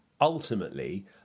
ultimately